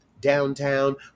Downtown